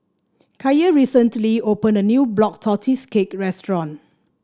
Kiya recently opened a new Black Tortoise Cake restaurant